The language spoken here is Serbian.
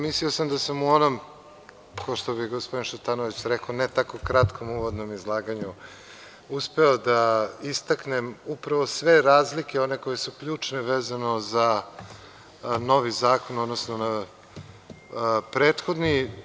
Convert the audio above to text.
Mislio sam da sam u onom, ko što bi gospodin Šutanovac rekao, ne tako kratkom uvodnom izlaganju, uspeo da istaknem, upravo sve razlike one koje su ključne, vezano za novi zakon, odnosno na prethodni.